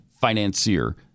financier